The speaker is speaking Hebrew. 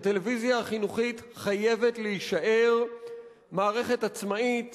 הטלוויזיה החינוכית חייבת להישאר מערכת עצמאית